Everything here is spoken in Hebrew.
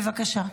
בבקשה.